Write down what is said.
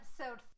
episode